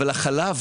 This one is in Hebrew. אבל החלב,